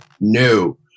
No